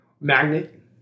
Magnet